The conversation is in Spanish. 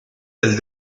del